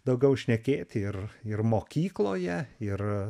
daugiau šnekėti ir ir mokykloje ir